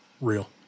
real